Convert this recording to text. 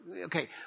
okay